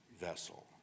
vessel